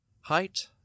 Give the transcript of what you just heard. Height